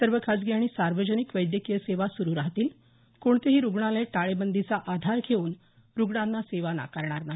सर्व खासगी आणि सार्वजनिक वैद्यकीय सेवा सुरू राहतील कोणतेही रूग्णालय टाळेबंदीचा आधार घेऊन रूग्णांना सेवा नाकारणार नाही